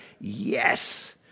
yes